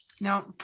No